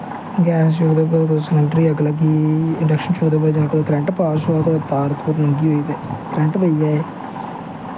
gas च कुसै cylinder गी गै अग्ग लग्गी इंडक्शन च ते ओह्दै च कुतै करंट पास होऐ तार नंगी होऐ ते करंट लग्गी जाए